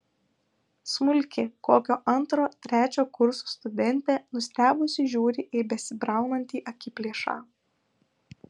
smulki kokio antro trečio kurso studentė nustebusi žiūri į besibraunantį akiplėšą